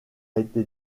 été